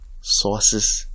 sources